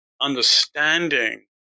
understanding